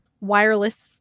wireless